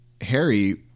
Harry